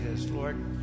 Lord